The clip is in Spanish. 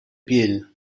piel